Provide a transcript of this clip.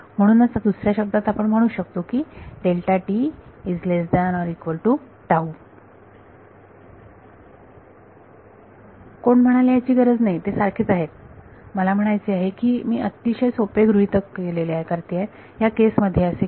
म्हणूनच दुसऱ्या शब्दात आपण म्हणू शकतो की कोण म्हणाले त्याची गरज नाही ते सारखेच आहेत मला म्हणायचे आहे मी अतिशय सोपे गृहीतक करते ह्या केस मध्ये की